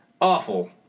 awful